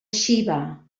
xiva